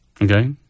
Okay